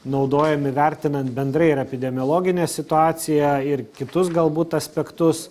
naudojami vertinant bendrai ir epidemiologinę situaciją ir kitus galbūt aspektus